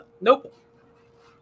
Nope